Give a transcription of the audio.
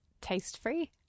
Taste-free